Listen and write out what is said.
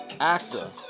Actor